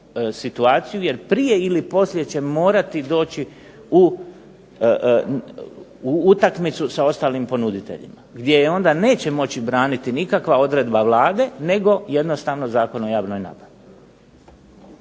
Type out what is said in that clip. jer prije ili poslije će morati doći u utakmicu sa ostalim ponuditeljima gdje je onda neće moći braniti nikakva odredba Vlade nego jednostavno Zakon o javnoj nabavi.